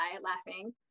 laughing